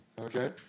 Okay